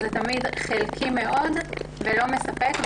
זה תמיד חלקי מאוד ולא מספק.